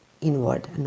inward